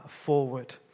forward